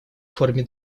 форме